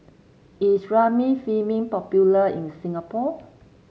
is Remifemin popular in Singapore